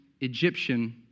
Egyptian